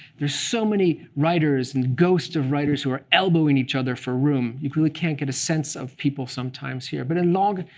there's so many writers and ghosts of writers who are elbowing each other for room. you really can't get a sense of people sometimes here. but in langres,